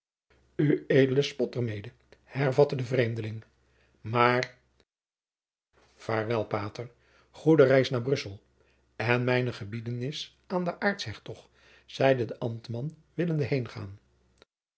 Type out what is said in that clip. ued spot er mede hervatte de vreemdeling maar vaarwel pater goede reis naar brussel en mijne gebiedenis aan den aarts hertog zeide de ambtman willende